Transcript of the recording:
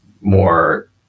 more